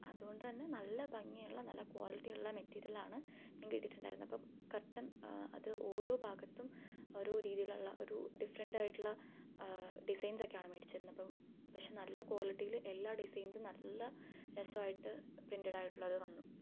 അത്കൊണ്ട് തന്നെ നല്ല ഭംഗിയുള്ള നല്ല ക്വാളിറ്റിയുള്ള മെറ്റീരിയലാണ് ഞങ്ങൾക്ക് കിട്ടിട്ടുണ്ടായിരുന്നത് അപ്പം കര്ട്ടന് അത് ഓരോ ഭാഗത്തും ഓരോ രീതിയിലുള്ള ഒരു ഡിഫ്രൻറ്റായിട്ടുള്ള ഡിസൈന്സക്കെയാണ് മേടിച്ചിരുന്നതപ്പം പക്ഷേ നല്ല ക്വാളിറ്റിയിൽ എല്ലാ ഡിസൈന്സും നല്ല രസമായിട്ട് പ്രിന്റടായിട്ടുള്ളത് വന്നു